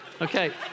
okay